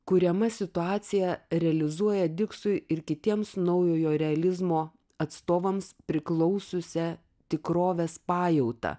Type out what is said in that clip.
kuriama situacija realizuoja diksui ir kitiems naujojo realizmo atstovams priklausiusią tikrovės pajautą